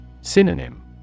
Synonym